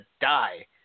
die